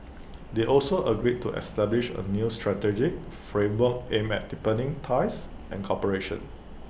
they also agreed to establish A new strategic framework aimed at deepening ties and cooperation